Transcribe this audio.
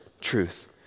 truth